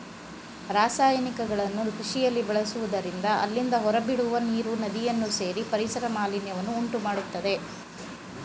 ರಾಸಾಯನಿಕಗಳನ್ನು ಕೃಷಿಯಲ್ಲಿ ಬಳಸುವುದರಿಂದ ಅಲ್ಲಿಂದ ಹೊರಬಿಡುವ ನೀರು ನದಿಯನ್ನು ಸೇರಿ ಪರಿಸರ ಮಾಲಿನ್ಯವನ್ನು ಉಂಟುಮಾಡತ್ತದೆ